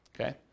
Okay